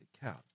cow